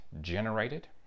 generated